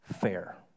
fair